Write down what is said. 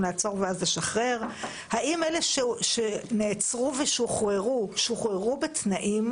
האם אלה שנעצרו ושוחררו שוחררו בתנאים?